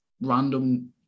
random